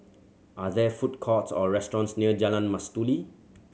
are there food courts or restaurants near Jalan Mastuli